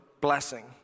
blessing